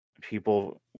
people